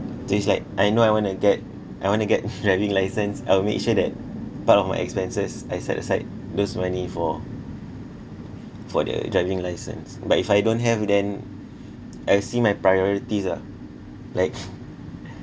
so it's like I know I wanna get I wanna get driving license I'll make sure that part of my expenses I set aside those money for for the driving license but if I don't have then I will see my priorities ah like